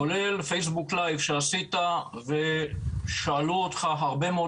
כולל פייסבוק live שעשית ושאלו אותך הרבה מאוד